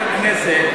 מה נעשה,